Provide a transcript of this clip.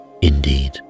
Indeed